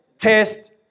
test